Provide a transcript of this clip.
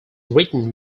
written